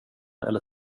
eller